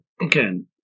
again